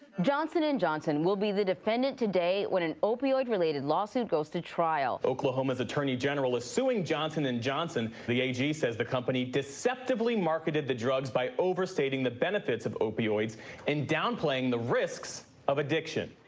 johnson and johnson will be the defendant today when an opioid-related lawsuit goes to trial. oklahoma's attorney general is suing johnson and johnson. the ag says the company deceptively marketed the drugs by overstating the benefits of opioids and downplaying the risks of addiction.